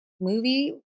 movie